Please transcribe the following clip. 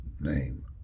name